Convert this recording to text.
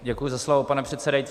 Děkuji za slovo, pane předsedající.